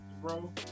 bro